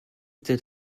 did